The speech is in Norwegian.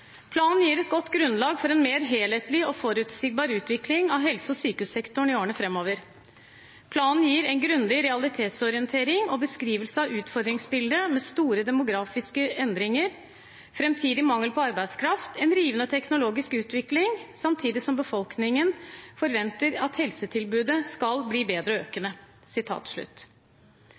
gir et godt grunnlag for en mer helhetlig og forutsigbar utvikling av helse- og sykehussektoren i årene fremover. Planen gir en grundig og realitetsorientert beskrivelse av utfordringsbildet med store demografiske endringer, fremtidig mangel på arbeidskraft, en rivende teknologisk utvikling samtidig som befolkningens forventninger til helsetilbudet